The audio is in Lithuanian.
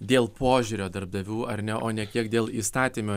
dėl požiūrio darbdavių ar ne o ne kiek dėl įstatymo